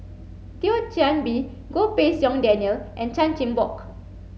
Thio Chan Bee Goh Pei Siong Daniel and Chan Chin Bock